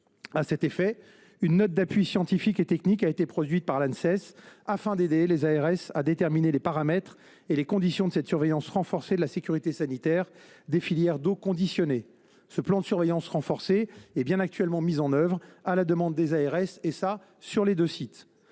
À cet effet, une note d’appui scientifique et technique a été produite par l’Anses, afin d’aider les ARS à définir les paramètres et les conditions de cette surveillance renforcée de la sécurité sanitaire des filières d’eau conditionnée. Ce plan est actuellement mis en œuvre à la demande des ARS, et cela sur les deux sites.